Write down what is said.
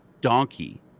donkey